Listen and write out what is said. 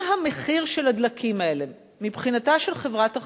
אם המחיר של הדלקים האלה, מבחינתה של חברת החשמל,